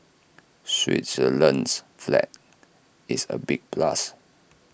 Switzerland's flag is A big plus